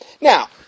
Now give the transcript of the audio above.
Now